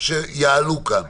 שיעלו כאן.